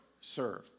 serve